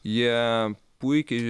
jie puikiai